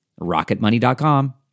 rocketmoney.com